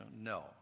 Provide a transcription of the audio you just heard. No